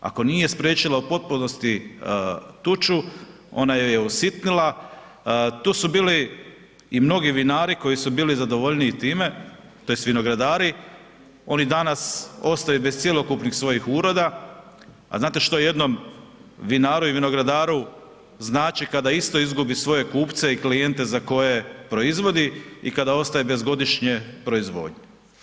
Ako nije spriječila u potpunosti tuču, ona ju je usitnila, tu su bili i mnogi vinari koji su bili zadovoljniji time tj. vinogradari, oni danas ostaju bez cjelokupnih svojih uroda, a znate što jednom vinaru i vinogradaru znači kada isto izgubi svoje kupce i klijente za koje proizvodi i kada ostaje bez godišnje proizvodnje.